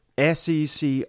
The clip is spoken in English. SEC